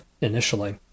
initially